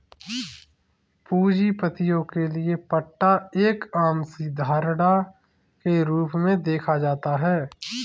पूंजीपतियों के लिये पट्टा एक आम सी धारणा के रूप में देखा जाता है